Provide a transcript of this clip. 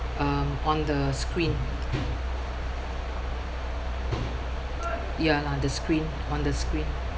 um on the screen ya lah the screen on the screen